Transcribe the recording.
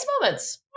moments